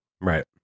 right